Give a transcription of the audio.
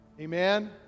Amen